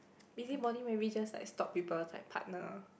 busybody maybe just like stalk people's like partner